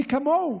מי כמוהו